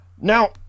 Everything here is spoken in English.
Now